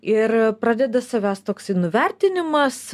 ir pradeda savęs toksai nuvertinimas